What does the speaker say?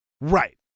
Right